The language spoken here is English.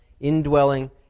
indwelling